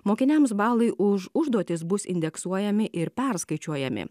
mokiniams balai už užduotis bus indeksuojami ir perskaičiuojami